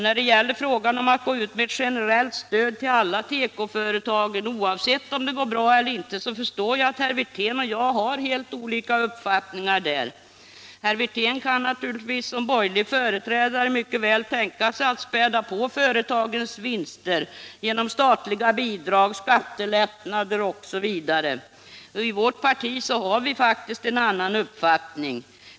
När det gäller frågan om att gå ut med ett generellt stöd till alla tekoföretag, oavsett om de går bra eller inte, så förstår jag att herr Wirtén och jag där har helt olika uppfattningar. Herr Wirtén kan naturligtvis som borgerlig företrädare mycket väl tänka sig att späda på företagens vinster genom statliga bidrag, skattelättnader osv. Men i vårt parti har vi faktiskt en annan uppfattning.